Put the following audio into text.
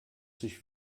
sich